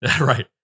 Right